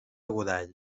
godall